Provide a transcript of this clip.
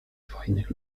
fajnych